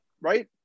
Right